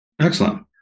Excellent